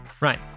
Right